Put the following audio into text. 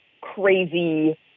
crazy